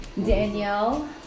Danielle